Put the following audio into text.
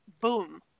Boom